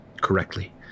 correctly